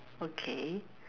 okay